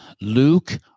Luke